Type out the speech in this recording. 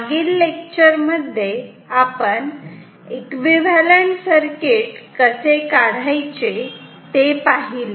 मागील लेक्चर मध्ये आपण एकविव्हॅलंट सर्किट कसे काढायचे ते पाहिले